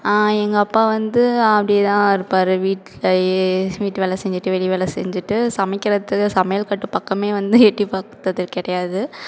எங்கள் அப்பா வந்து அப்படித்தான் இருப்பார் வீட்லேயே வீட்டு வேலை செஞ்சுட்டு வெளிவேலை செஞ்சுட்டு சமைக்கிறதுக்கு சமையல் கட்டு பக்கம் வந்து எட்டி பார்த்தது கிடையாது